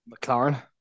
McLaren